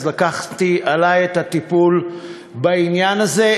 אז לקחתי עלי את הטיפול בעניין הזה.